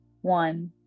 one